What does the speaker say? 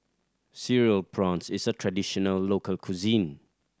Cereal Prawns is a traditional local cuisine